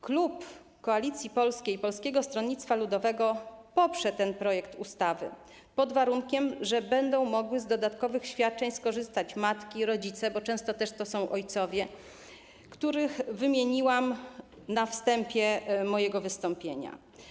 Klub Koalicji Polskiej i Polskiego Stronnictw Ludowego poprze ten projekt ustawy, pod warunkiem że będą mogły z dodatkowych świadczeń skorzystać matki i rodzice, bo często to są też ojcowie, których wymieniłam na wstępie mojego wystąpienia.